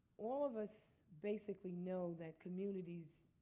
all of us basically know that communities